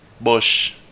Bush